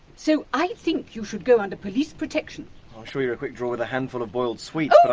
so i think you should go under police protection. i'm sure you're a quick draw with a handful of boiled sweets,